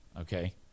Okay